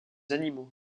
animaux